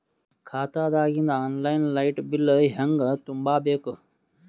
ಖಾತಾದಾಗಿಂದ online light bill ಹೇಂಗ ತುಂಬಾ ಬೇಕು?